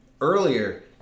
earlier